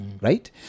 Right